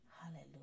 Hallelujah